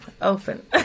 open